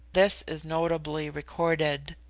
this is notably recorded